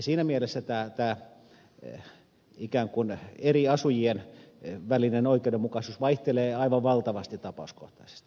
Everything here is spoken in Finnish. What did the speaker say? siinä mielessä tämä ikään kuin eri asujien välinen oikeudenmukaisuus vaihtelee aivan valtavasti tapauskohtaisesti